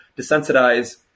desensitize